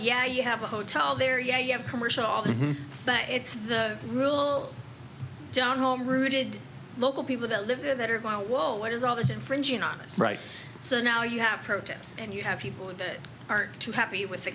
yeah you have a hotel there yeah you have commercial but it's the real down home rooted local people that live there that are whoa what is all this infringing on right so now you have protests and you have people that aren't too happy with the